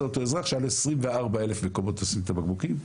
אותו אזרח שהיה לו 24,000 מקומות לשים את הבקבוקים.